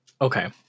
okay